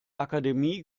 akademie